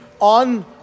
on